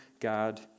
God